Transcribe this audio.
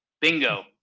bingo